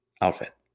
outfit